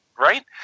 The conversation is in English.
Right